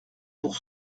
pour